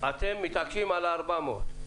אתם מתעקשים על 401?